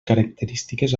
característiques